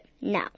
Now